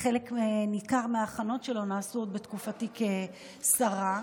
חלק ניכר מההכנות שלו נעשו עוד בתקופתי כשרה.